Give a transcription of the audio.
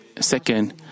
second